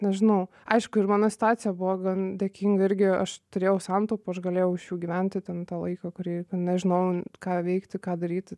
nežinau aišku ir mano situacija buvo gan dėkinga irgi aš turėjau santaupų aš galėjau iš jų gyventojų ten tą laiką kurį nežinojau ką veikti ką daryti